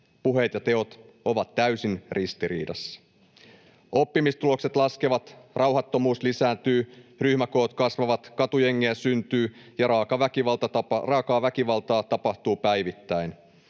Puheet ja teot ovat täysin ristiriidassa. Oppimistulokset laskevat, rauhattomuus lisääntyy, ryhmäkoot kasvavat, katujengejä syntyy, ja raakaa väkivaltaa tapahtuu päivittäin.